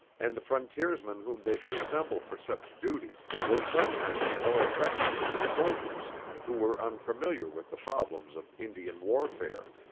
and the frontiersmen whom they could assemble for such duty were sometimes more effective than the soldiers who were unfamiliar with the problems of indian warfare.